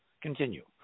continue